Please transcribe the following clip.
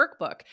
workbook